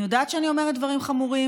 אני יודעת שאני אומרת דברים חמורים.